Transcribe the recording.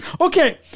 Okay